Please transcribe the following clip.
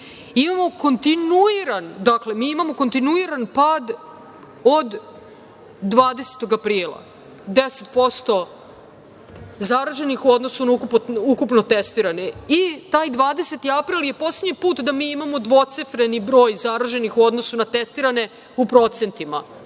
kao što sam i rekla, imam kontinuiran pad od 20. aprila, 10% zaraženih u odnosu na ukupno testirane i taj 20. april je poslednji put da mi imamo dvocifreni broj zaraženih u odnosu na testirane u procentima,